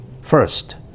first